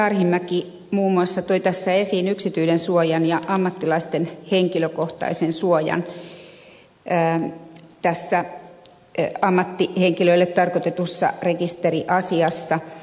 arhinmäki muun muassa toi tässä esiin yksityisyyden suojan ja ammattilaisten henkilökohtaisen suojan tässä ammattihenkilöille tarkoitetussa rekisteriasiassa